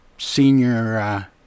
Senior